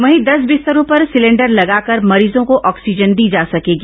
वहीं दस बिस्तरों पर सिलेंडर लगाकर मरीजों को ऑक्सीजन दी जा सकेगी